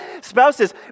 spouses